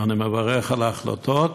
ואני מברך על ההחלטות,